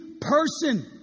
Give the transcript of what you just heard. person